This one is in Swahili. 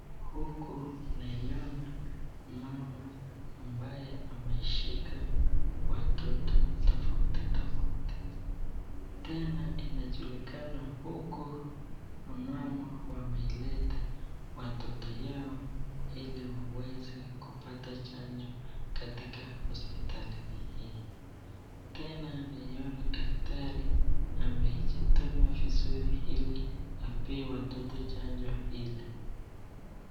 Huku naiona mama ambaye ameshika watoto tofauti tofauti, tena inajulikana huku wamama wamewaleta watoto wao ili waweze kupata chanjo katika hospitali hii. Tena naiona daktari amejituma vizuri ili apee watoto chanjo hili.